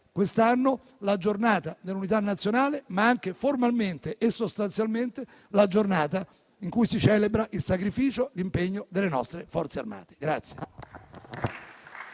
quest'anno la Giornata dell'Unità nazionale, ma anche formalmente e sostanzialmente la giornata in cui si celebra il sacrificio e l'impegno delle nostre Forze armate.